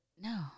No